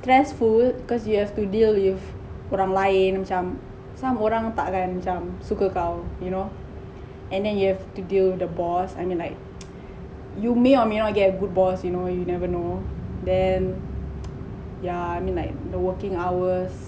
stressfull because you have to deal with orang lain some orang tak kan macam suka kau you know and then you have to deal with the boss I mean like you may or may not get a good boss you know you never know then yeah I mean like the working hours